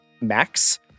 Max